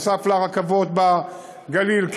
נוסף על הרכבות בגליל,